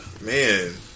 Man